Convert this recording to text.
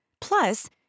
Plus